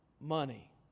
money